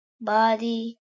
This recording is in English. body